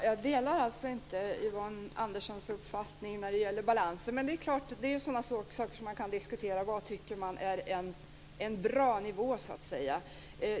Fru talman! Jag delar inte Yvonne Anderssons uppfattning när det gäller balansen. Vad som är en bra nivå tillhör självklart de saker som kan diskuteras.